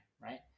Right